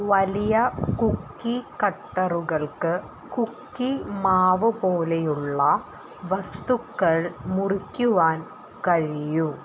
വലിയ കുക്കി കട്ടറുകൾക്ക് കുക്കി മാവ് പോലെയുള്ള വസ്തുക്കൾ മുറിക്കാൻ കഴിയും